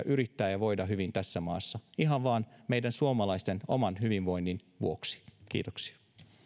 yrittää ja voida hyvin tässä maassa ihan vain meidän suomalaisten oman hyvinvoinnin vuoksi kiitoksia